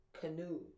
Canoe